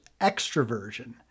extroversion